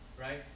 right